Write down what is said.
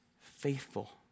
faithful